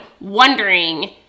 wondering